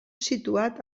situat